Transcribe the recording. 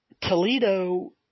Toledo